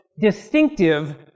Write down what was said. distinctive